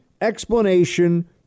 explanation